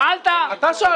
שאלת על זה?